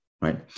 right